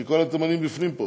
כי כל התימנים בפנים פה.